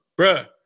Bruh